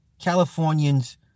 Californians